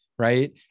Right